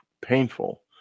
painful